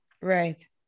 Right